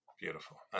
Beautiful